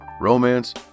romance